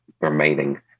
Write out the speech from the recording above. remaining